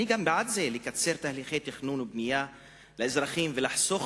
בעד לקצר תהליכי תכנון ובנייה לאזרחים ולחסוך